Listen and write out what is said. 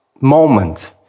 moment